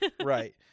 Right